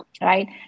right